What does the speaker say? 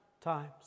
times